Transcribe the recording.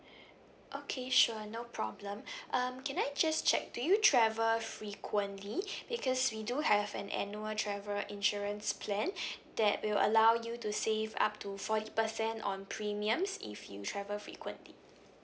okay sure no problem um can I just check do you travel frequently because we do have an annual travel insurance plan that will allow you to save up to forty percent on premiums if you travel frequently